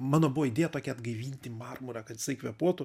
mano buvo įdėja tokia atgaivinti marmurą kad jisai kvėpuotų